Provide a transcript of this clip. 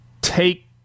take